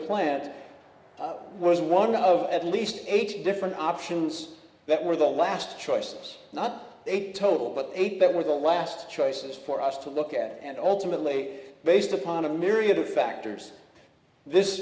plant was one of at least eight different options that were the last choice not a total but eight that were the last choices for us to look at and ultimately based upon a myriad of factors this